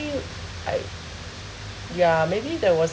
I yeah maybe there was